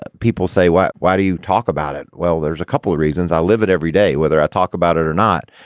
but people say why why do you talk about it. well there's a couple of reasons i live it every day whether i talk about it or not.